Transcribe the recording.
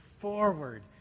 forward